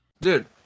dude